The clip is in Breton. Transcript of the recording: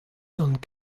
gant